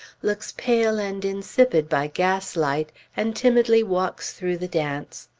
looks pale and insipid by gaslight, and timidly walks through the dance.